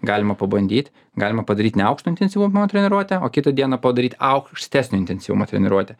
galima pabandyt galima padaryti neaukšto intensyvumo treniruotę o kitą dieną padaryti aukštesnio intensyvumo treniruotę